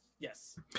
Yes